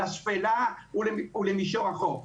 לשפלה ולמישור החוף?